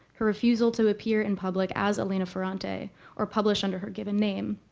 her refusal to appear in public as elena ferrante or publish under her given name.